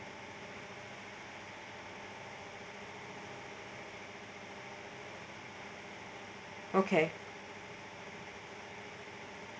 okay